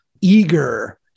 eager